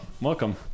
welcome